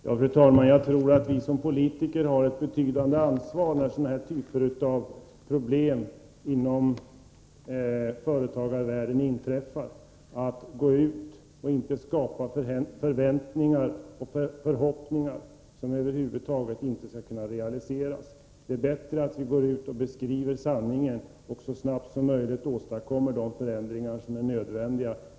Fru talman! Jag tror att vi som politiker har ett betydande ansvar när sådana här typer av problem inom företagarvärlden inträffar, så att vi inte skapar förväntningar och förhoppningar som över huvud taget inte kan realiseras. Det är bättre att vi beskriver sanningen och så snabbt som möjligt åstadkommer de förändringar som är oundvikliga.